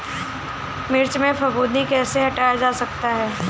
मिर्च में फफूंदी कैसे हटाया जा सकता है?